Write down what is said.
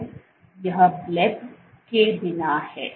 तो यह ब्लब के बिना है